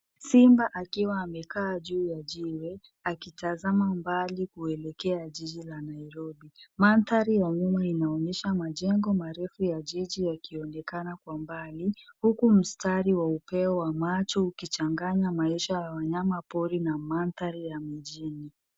Simba akiwa amekaa juu ya jiwe akitazama mbali kuelekea jiji la Nairobi. Mandhari ya nyuma inaonyesha majengo marefu ya jiji yakionekana kwa mbali huku mstari wa upeo wa macho ukichanganya maisha ya wanyama pori na mandhari ya mjini.